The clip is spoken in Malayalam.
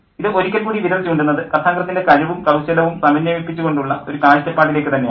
ഇത് ഒരിക്കൽക്കൂടി വിരൽ ചൂണ്ടുന്നത് കഥാകൃത്തിൻ്റെ കഴിവും കൌശലവും സമന്വയിപ്പിച്ചു കൊണ്ടുള്ള ഒരു കാഴ്ചപ്പാടിലേക്ക് തന്നെയാണ്